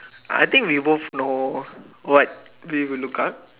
I think we both know what we would look up